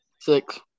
Six